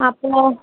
അപ്പോൾ